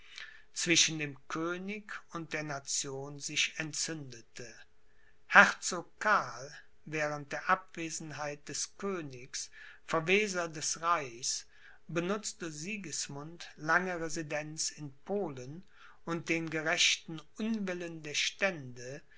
zwischen dem könig und der nation sich entzündete herzog karl während der abwesenheit des königs verweser des reichs benutzte sigismunds lange residenz in polen und den gerechten unwillen der stände